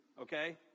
okay